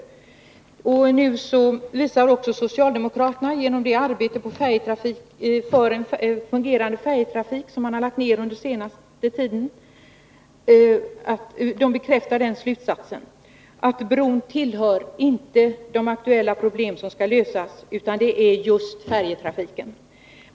Måndagen den Nu bekräftar också socialdemokraterna genom det arbete för en funge 6 april 1981 rande färjetrafik som man lagt ned under den senaste tiden den slutsatsen att bron inte tillhör de aktuella problem som skall lösas, utan att det nu just Om den regionala gäller färjetrafiken.